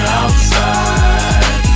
outside